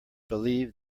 believe